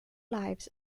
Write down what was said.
lives